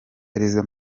perezida